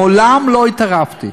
מעולם לא התערבתי.